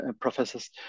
professors